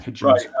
Right